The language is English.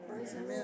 Amen